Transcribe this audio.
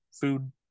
food